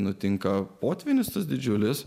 nutinka potvynis tas didžiulis